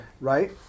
Right